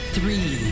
Three